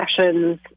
sessions